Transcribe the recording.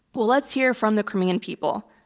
well, let's hear from the crimean people.